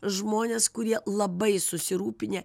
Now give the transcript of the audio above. žmones kurie labai susirūpinę